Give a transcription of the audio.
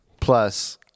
Plus